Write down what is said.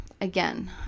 again